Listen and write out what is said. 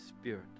spirit